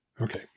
Okay